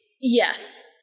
Yes